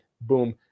boom